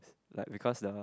like because the